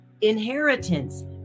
inheritance